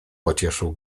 pocieszył